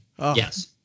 Yes